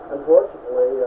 Unfortunately